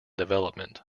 development